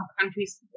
countries